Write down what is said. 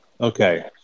okay